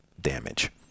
damage